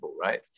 right